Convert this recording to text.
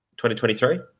2023